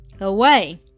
away